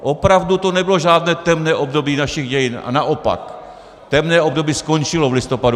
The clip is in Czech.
Opravdu to nebylo žádné temné období našich dějin, a naopak, temné období skončilo v listopadu 1989.